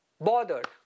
Bothered